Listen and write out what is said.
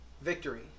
Victory